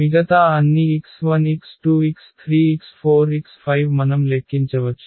మిగతా అన్ని x1 x2 x3 x4 x5 మనం లెక్కించవచ్చు